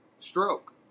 stroke